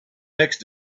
next